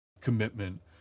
commitment